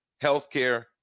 healthcare